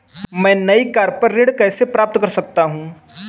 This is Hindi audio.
मैं नई कार पर ऋण कैसे प्राप्त कर सकता हूँ?